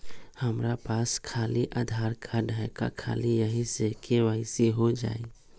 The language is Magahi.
हमरा पास खाली आधार कार्ड है, का ख़ाली यही से के.वाई.सी हो जाइ?